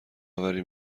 آوری